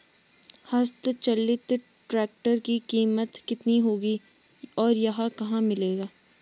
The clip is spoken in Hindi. हस्त चलित ट्रैक्टर की कीमत कितनी होगी और यह कहाँ मिलेगा?